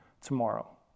tomorrow